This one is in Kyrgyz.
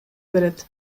берет